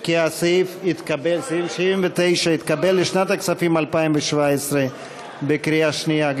כי סעיף 79 התקבל לשנת הכספים 2017 בקריאה שנייה.